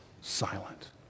silent